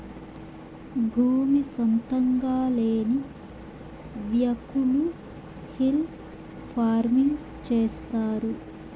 భూమి సొంతంగా లేని వ్యకులు హిల్ ఫార్మింగ్ చేస్తారు